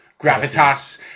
gravitas